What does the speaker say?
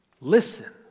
listen